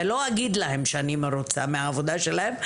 ולא אגיד להם שאני מרוצה מהעבודה שלהם,